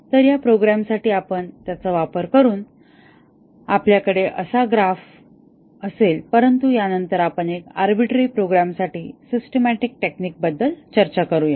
तर या प्रोग्रामसाठी त्याचा वापर करून आपल्याकडे असा एक ग्राफ असेल परंतु यानंतर आपण एक आर्बिट्ररी प्रोग्राम साठी सिस्टिमॅटिक टेक्निक बद्दल चर्चा करूया